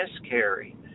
miscarry